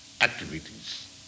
activities